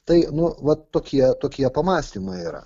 tai nu vat tokie tokie pamąstymai yra